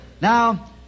Now